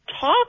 talk